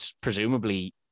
presumably